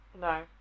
No